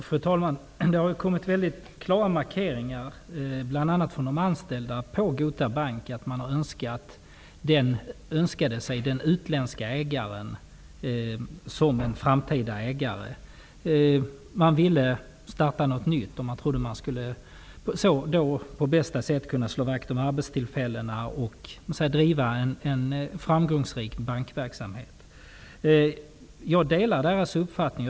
Fru talman! Det har kommit väldigt klara markeringar, bl.a. från de anställda på Gota Bank, att man har önskat sig den utländska ägaren såsom framtida ägare. Man ville starta något nytt, och man trodde att man på så vis på bästa sätt skulle kunna slå vakt om arbetstillfällena och driva en framgångsrik bankverksamhet. Jag delar de anställdas uppfattning.